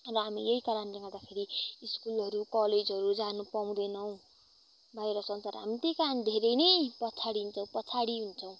र हामी यही कारणले गर्दाखेरि स्कुलहरू कलेजहरू जान पाउँदैनौँ बाहिर संसार हामी त्यही कारण धेरै नै पछाडिन्छौँ पछाडि हुन्छौँ